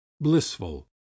blissful